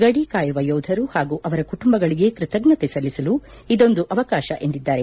ಗಡಿ ಕಾಯುವ ಯೋಧರು ಹಾಗೂ ಅವರ ಕುಟುಂಬಗಳಿಗೆ ಕೃತಜ್ಞತೆ ಸಲ್ಲಿಸಲು ಇದೊಂದು ಅವಕಾಶ ಎಂದಿದ್ದಾರೆ